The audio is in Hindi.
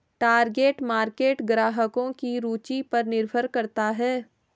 टारगेट मार्केट ग्राहकों की रूचि पर निर्भर करता है